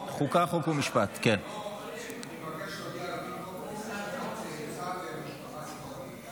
חוק ומשפט, על הצעת החוק החשובה והנכונה הזו.